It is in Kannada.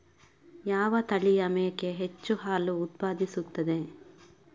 ಯಾವ ತಳಿಯ ಮೇಕೆ ಹೆಚ್ಚು ಹಾಲು ಉತ್ಪಾದಿಸುತ್ತದೆ?